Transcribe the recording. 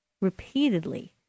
repeatedly